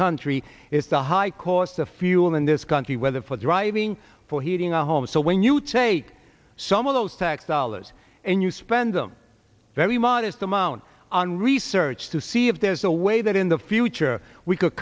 country is the high cost of fuel in this country whether for driving for heating our homes so when you take some of those tax dollars and you spend them very modest amount on research to see if there's a way that in the future we could